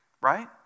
right